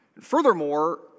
Furthermore